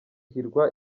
hirwa